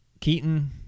Keaton